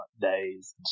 days